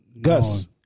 Gus